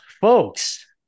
folks